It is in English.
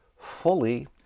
fully